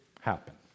happen